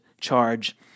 charge